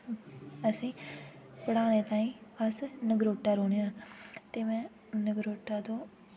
असे पढ़ाने ताईं अस नगरोटा रौह्ने आं नगरोटे तो लेट होने